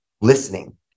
listening